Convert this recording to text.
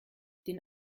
den